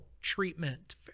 treatment